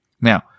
Now